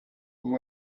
who